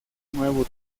nuevo